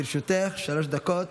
בבקשה, לרשותך שלוש דקות.